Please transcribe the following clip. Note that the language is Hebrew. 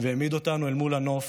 העמיד אותנו אל מול הנוף,